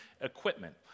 equipment